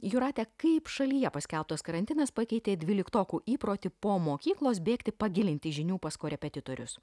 jūrate kaip šalyje paskelbtas karantinas pakeitė dvyliktokų įprotį po mokyklos bėgti pagilinti žinių pas korepetitorius